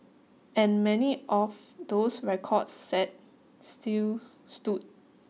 and many of those records set still stood